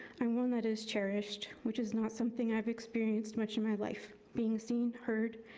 i'm one that is cherished, which is not something i've experienced much in my life, being seen, heard,